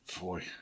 boy